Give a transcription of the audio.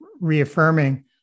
reaffirming